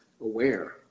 aware